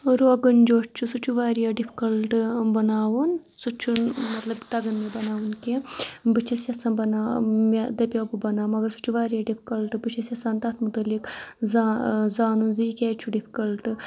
روگُن جوش چھُ سُہ چھُ واریاہ ڈِفکَلٹہٕ بَناوُن سُہ چھُنہٕ مطلب تَگان مےٚ بَناوُن کینٛہہ بہٕ چھَس یَژھان بَنا مےٚ دَپیو بہٕ بَناوان مگر سُہ چھُ واریاہ ڈِفکَلٹہٕ بہٕ چھَس یَژھان تَتھ مُتعلِق زا زانُن زِ یہِ کیازِ چھُ ڈِفکَلٹہٕ